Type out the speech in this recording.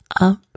up